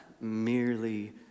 merely